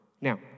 Now